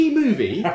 movie